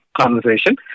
conversation